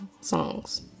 songs